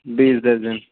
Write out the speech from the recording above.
بیس درجن